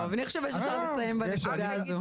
טוב, אני חושבת שאנחנו נסיים בנקודה הזו.